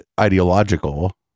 ideological